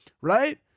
Right